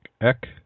Eck